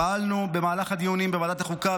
פעלנו במהלך הדיונים בוועדת החוקה,